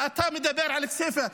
ואתה מדבר על כסייפה,